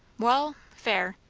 wall fair.